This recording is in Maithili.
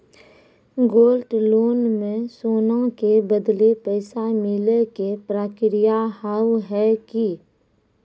गोल्ड लोन मे सोना के बदले पैसा मिले के प्रक्रिया हाव है की?